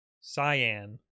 Cyan